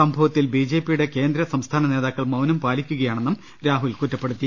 സംഭവത്തിൽ ബിജെപിയുടെ കേന്ദ്ര സംസ്ഥാന നേതാക്കൾ മൌനം പാലിക്കുകയാണെന്നും രാഹുൽ കുറ്റപ്പെടുത്തി